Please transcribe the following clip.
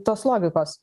tos logikos